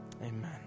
Amen